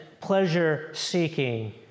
pleasure-seeking